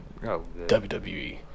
WWE